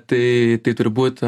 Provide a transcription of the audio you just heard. tai tai turbūt